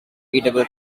readable